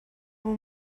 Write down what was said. اون